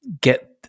get